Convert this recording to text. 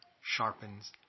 sharpens